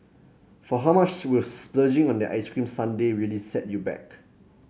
for how much will splurging on that ice cream sundae really set you back